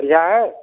बढ़िया है